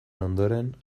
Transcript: ondoren